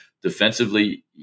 defensively